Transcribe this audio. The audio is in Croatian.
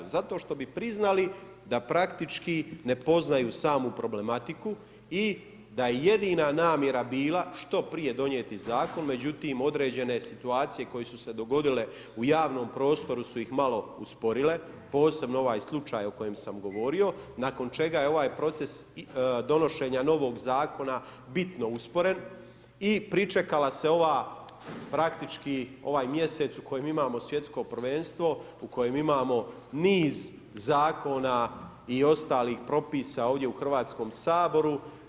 Zato što bi priznali da praktički ne poznaju samu problematiku i da je jedina namjera bila što prije donijeti zakon, međutim određene situacije koje su se dogodile u javnom prostoru su ih malo usporile, posebno ovaj slučaj o kojem sam govorio, nakon čega je ovaj proces donošenja novog zakona bitno usporen i pričekala se ova praktički ovaj mjesec u kojem imamo svjetsko prvenstvo, u kojem imamo niz zakona i ostalih propisa ovdje u Hrvatskom saboru.